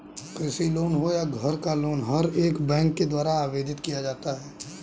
कृषि लोन हो या घर का लोन हर एक बैंक के द्वारा आवेदित किया जा सकता है